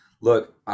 look